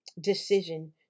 decision